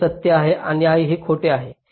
हे सत्य आहे आणि हे खोटे आहे